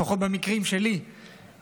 לפחות במקרים שלי,